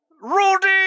Rudy